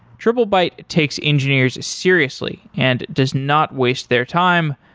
triplebyte takes engineers seriously and does not waste their time,